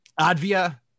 Advia